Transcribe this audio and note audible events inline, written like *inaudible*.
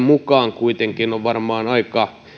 *unintelligible* mukaan kuitenkin ovat varmaan aika